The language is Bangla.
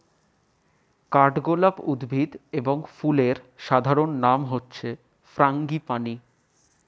কাঠগোলাপ উদ্ভিদ এবং ফুলের সাধারণ নাম হচ্ছে ফ্রাঙ্গিপানি